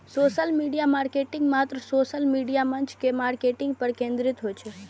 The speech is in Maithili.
सोशल मीडिया मार्केटिंग मात्र सोशल मीडिया मंच के मार्केटिंग पर केंद्रित होइ छै